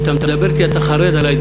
כשאתה מדבר אתי על כך שאתה חרד מההתבוללות,